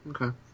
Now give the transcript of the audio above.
Okay